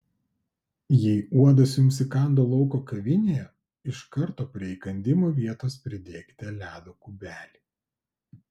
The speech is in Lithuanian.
jei uodas jums įkando lauko kavinėje iš karto prie įkandimo vietos pridėkite ledo kubelį